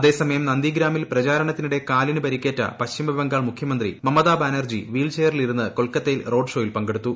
അതേസമയം നന്ദിഗ്രാമിൽ പ്രചാരണത്തിനിടെ കാലിന് പരിക്കേറ്റ പശ്ചിമബംഗാൾ മുഖ്യമന്ത്രി മമതാ ബാനർജി വീൽ ചെയറിലിരുന്ന് കൊൽക്കത്തയിൽ റോഡ് ഷോയിൽ പങ്കെടുത്തു